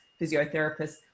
physiotherapists